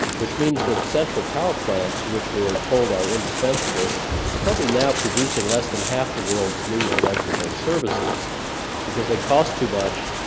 which means that central power plants, which we are told are indispensable are probably now producing less than half the world's new electrical services because they cost too much,